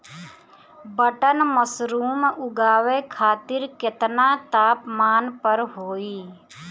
Button mushroom उगावे खातिर केतना तापमान पर होई?